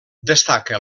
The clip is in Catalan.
destaca